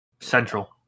central